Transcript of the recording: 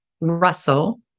Russell